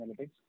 analytics